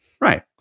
Right